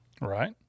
Right